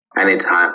anytime